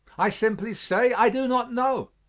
i simply say i do not know.